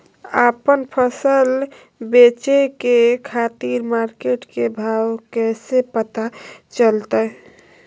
आपन फसल बेचे के खातिर मार्केट के भाव कैसे पता चलतय?